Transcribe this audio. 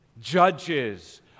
judges